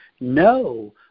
No